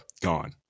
gone